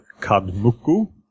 Kadmuku